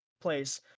place